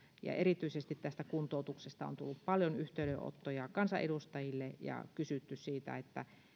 erityisesti tästä kuntoutuksesta on tullut paljon yhteydenottoja kansanedustajille ja on kysytty siitä